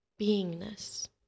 beingness